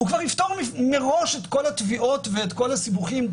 זה כבר יפתור מראש את כל התביעות ואת כל הסיבוכים,